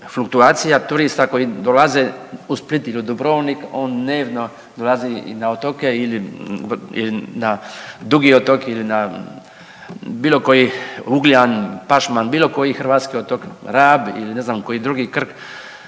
fluktuacija turista koji dolaze u Split ili Dubrovnik, on dnevno dolazi i na otoke ili na Dugi otok ili na bilo koji Ugljan, Pašman, bilo koji hrvatski otok Rab ili ne znam koji drugi Krk